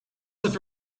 with